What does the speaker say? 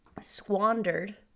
squandered